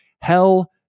hell